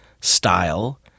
style